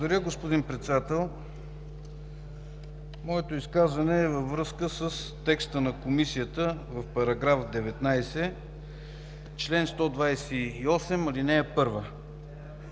Благодаря, господин Председател. Моето изказване е във връзка с текста на Комисията по § 19, чл. 128, ал. 1,